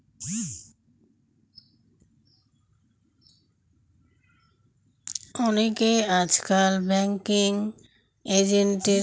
অনেকে আজকাল banking agent এর ক্যারিয়ার বেছে নিচ্ছে